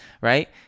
right